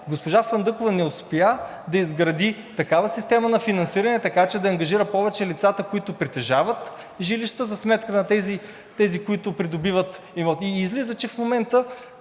Госпожа Фандъкова не успя да изгради такава система на финансиране, така че да ангажира повече лицата, които притежават жилища, за сметка на тези, които придобиват имот. И излиза, че в момента